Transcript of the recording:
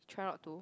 try not to